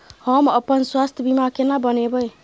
हम अपन स्वास्थ बीमा केना बनाबै?